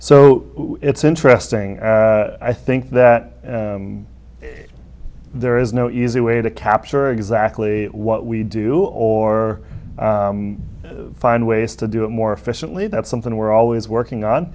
so it's interesting i think that there is no easy way to capture exactly what we do or find ways to do it more efficiently that's something we're always working on